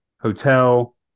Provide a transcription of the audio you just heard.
hotel